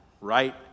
Right